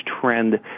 trend